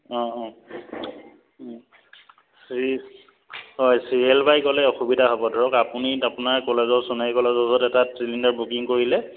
অঁ অঁ হয় চিৰিয়েল বাই গ'লে অসুবিধা হ'ব ধৰক আপুনি আপোনাৰ কলেজৰ সোণাৰী কলেজৰ ওচৰত এটা চিলিণ্ডাৰ বুকিং কৰিলে